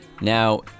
Now